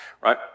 right